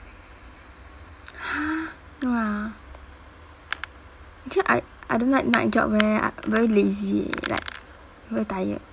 !huh! !wah! actually I I don't like night job eh uh very lazy like very tired